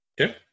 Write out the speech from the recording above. Okay